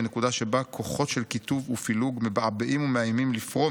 בנקודה שבה כוחות של קיטוב ופילוג מבעבעים ומאיימים לפרום